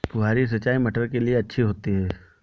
फुहारी सिंचाई मटर के लिए अच्छी होती है?